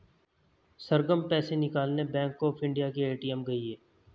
सरगम पैसे निकालने bank of India के ए.टी.एम गई है